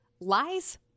Lies